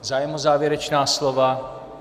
Zájem o závěrečná slova?